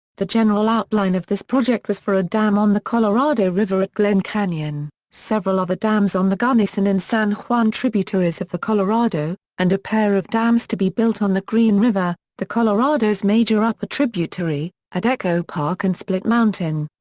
the general outline of this project was for a dam on the colorado river at glen canyon, several ah other dams on the gunnison and san juan tributaries of the colorado, and a pair of dams to be built on the green river, the colorado's major upper tributary, at echo park and split mountain.